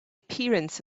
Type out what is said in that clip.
appearance